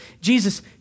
Jesus